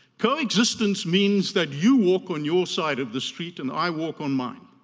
coexistence means that you walk on your side of the street and i walk on mine.